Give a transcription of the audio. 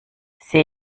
sehe